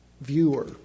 viewer